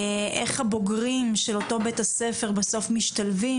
איך הבוגרים של אותו בית הספר בסוף משתלבים,